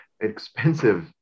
expensive